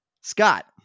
Scott